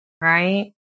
right